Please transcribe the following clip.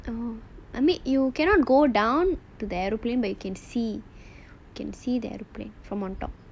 I mean you cannot go down to the aeroplane but you can see can see the aeroplane from on top